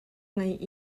ngei